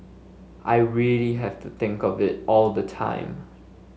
I really have to think of it all the time